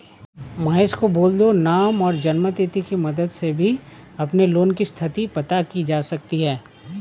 महेश को बोल दो नाम और जन्म तिथि की मदद से भी अपने लोन की स्थति पता की जा सकती है